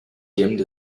dimmed